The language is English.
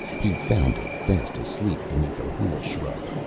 he found it fast asleep beneath a hula-shrub.